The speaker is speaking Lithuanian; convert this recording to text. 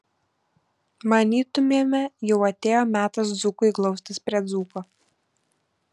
manytumėme jau atėjo metas dzūkui glaustis prie dzūko